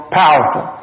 powerful